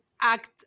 act